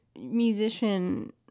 musician